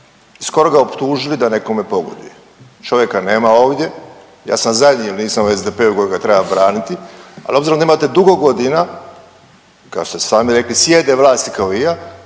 i skoro ga optužili da nekome pogoduje. Čovjeka nema ovdje, ja sam zadnji jer nisam u SDP-u koji ga treba braniti, ali obzirom da imate dugo godina kao što ste sami rekli, sijede vlasi kao i ja